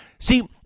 See